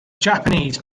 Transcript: japanese